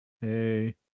Hey